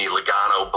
Logano